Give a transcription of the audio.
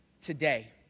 today